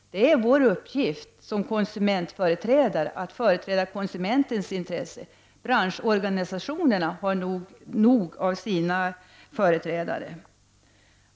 Det är vår uppgift som konsumentföreträdare att företräda konsumenternas intresse. Branschorganisationerna har nog av egna företrädare.